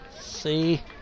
see